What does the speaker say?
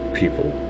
people